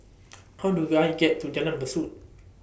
How Do I get to Jalan Besut